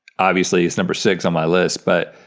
obviously it's number six on my list, but,